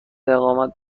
اقامت